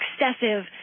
excessive